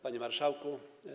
Panie Marszałku!